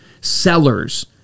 sellers